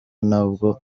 ntabwo